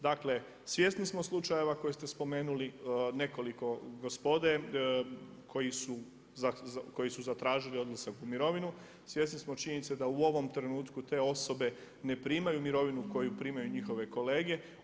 Dakle svjesni smo slučajeva koje ste spomenuli, nekoliko gospode koji su zatražili odlazak u mirovinu, svjesni smo činjenice da u ovom trenutku te osobe ne primaju mirovinu koju primaju njihove kolege.